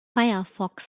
firefox